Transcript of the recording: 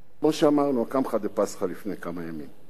כמו שאמרנו על הקמחא דפסחא לפני כמה ימים,